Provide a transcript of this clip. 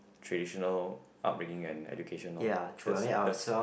traditional upbringing and education loh that's that's